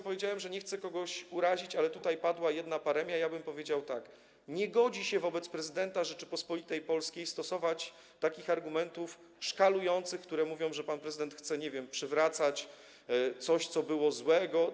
Powiedziałem, że nie chcę nikogo urazić, ale tutaj padła jedna paremia, ja bym powiedział tak: Nie godzi się wobec prezydenta Rzeczypospolitej Polskiej stosować argumentów szkalujących, mówić, że pan prezydent chce przywracać coś, co było złego.